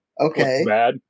Okay